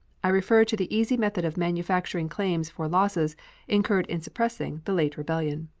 i refer to the easy method of manufacturing claims for losses incurred in suppressing the late rebellion.